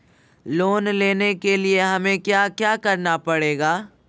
Loan लेने के लिए हमें क्या क्या करना पड़ेगा?